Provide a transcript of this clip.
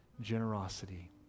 generosity